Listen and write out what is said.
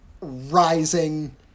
rising